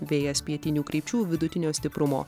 vėjas pietinių krypčių vidutinio stiprumo